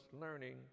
learning